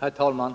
Herr talman!